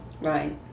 right